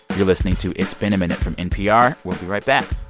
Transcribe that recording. you're listening to it's been a minute from npr. we'll be right back